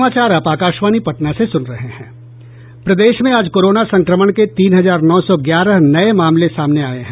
प्रदेश में आज कोरोना संक्रमण के तीन हजार नौ सौ ग्यारह नये मामले सामने आये हैं